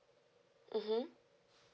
mmhmm